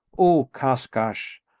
o kashkash,